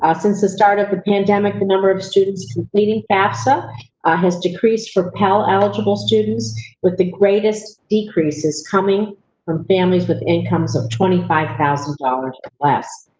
ah since the start of the pandemic, the number of students completing fafsa has decreased for pell eligible students with the greatest decreases coming from families with incomes of twenty five thousand dollars less.